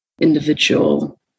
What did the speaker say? individual